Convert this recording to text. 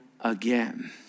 again